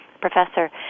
professor